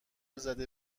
زده